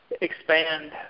expand